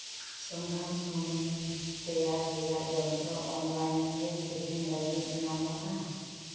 ᱥᱚᱸᱫᱷᱟᱲ ᱥᱩᱱᱩᱢ ᱛᱮᱭᱟᱨ ᱨᱮᱭᱟᱜ ᱡᱚᱱᱛᱨᱚ ᱚᱱᱞᱟᱭᱤᱱ ᱨᱮ ᱠᱤᱨᱤᱧ ᱞᱟᱹᱜᱤᱫ ᱧᱟᱢᱚᱜᱼᱟ